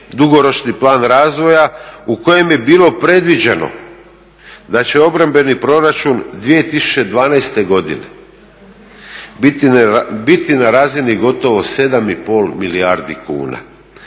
dugoročni plan razvoja u kojem je bilo predviđeno da će obrambeni proračun 2012. godine biti na razini gotovo 7 i pol milijardi kuna,